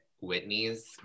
Whitney's